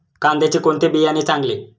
कांद्याचे कोणते बियाणे चांगले?